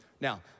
Now